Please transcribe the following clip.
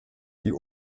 die